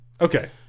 Okay